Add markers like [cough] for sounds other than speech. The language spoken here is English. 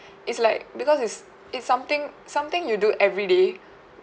[breath] it's like because it's it's something something you do everyday